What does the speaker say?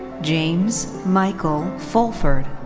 james michael fulford.